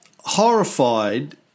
horrified